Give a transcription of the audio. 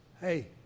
hey